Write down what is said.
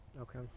Okay